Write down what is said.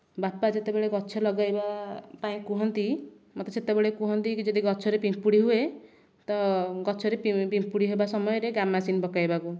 ବାପା ଯେତେବେଳେ ଗଛ ଲଗାଇବା ପାଇଁ କୁହନ୍ତି ମୋତେ ସେତେବେଳେ କୁହନ୍ତି କି ଯଦି ଗଛରେ ପିମ୍ପୁଡ଼ି ହୁଏ ତ ଗଛରେ ପିମ୍ପୁଡ଼ି ହେବା ସମୟରେ ଗାମାକ୍ସିନ ପକାଇବାକୁ